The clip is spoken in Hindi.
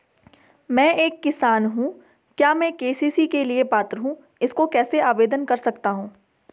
मैं एक किसान हूँ क्या मैं के.सी.सी के लिए पात्र हूँ इसको कैसे आवेदन कर सकता हूँ?